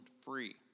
Free